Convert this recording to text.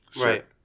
right